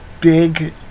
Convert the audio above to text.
big